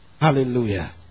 Hallelujah